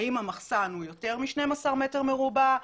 האם המחסן הוא יותר מ-12 מטרים מרובעים,